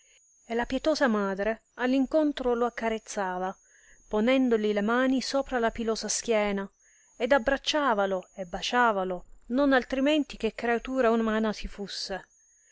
e la pietosa madre all incontro lo accarezzava ponendoli le mani sopra la pilosa schiena ed abbracciavalo e basciavalo non altrimenti che creatura umana si fusse